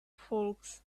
folks